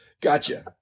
Gotcha